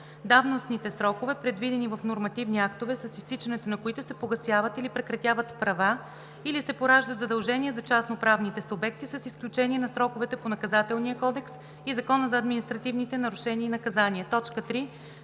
давностните срокове, предвидени в нормативни актове, с изтичането на които се погасяват или прекратяват права или се пораждат задължения за частноправните субекти, с изключение на сроковете по Наказателния кодекс и Закона за административните нарушения и наказания; 3.